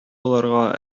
булырга